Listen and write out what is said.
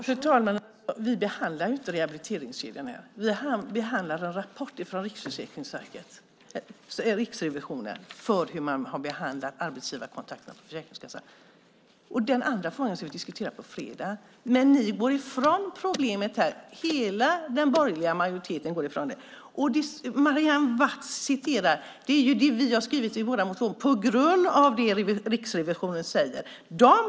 Fru talman! Nu behandlar vi inte rehabiliteringskedjan. Vi behandlar en rapport från Riksrevisionen om hur man behandlat arbetsgivarkontakterna på Försäkringskassan. Den andra frågan ska vi diskutera på fredag, men ni går ifrån problemet här. Hela den borgerliga majoriteten går ifrån problemet. Marianne Watz citerar vad vi skrivit i vår motion på grund av det Riksrevisionen säger.